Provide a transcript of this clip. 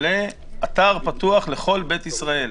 לאתר פתוח לכל בית ישראל.